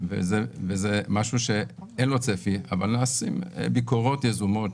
וזה משהו שאין לו צפי אבל נעשות ביקורות יזומות